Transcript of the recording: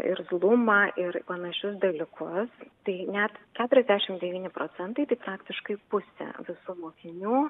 irzlumą ir panašius dalykus tai net keturiasdešimt devyni procentai tai praktiškai pusė visų mokinių